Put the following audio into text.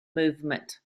movement